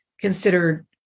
considered